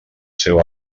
seu